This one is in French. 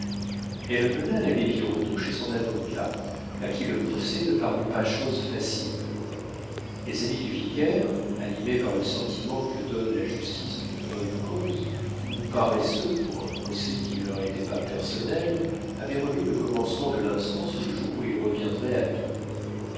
elle mena l'abbé birotteau chez son avocat à qui le procès ne parut pas chose facile les amis du vicaire animés par le sentiment que donne la justice d'une bonne cause ou paresseux pour un procès qui ne leur était pas personnel avaient remis le commencement de l'instance au jour où ils reviendraient à